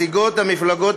מציגות המפלגות